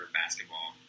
basketball